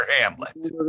Hamlet